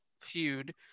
feud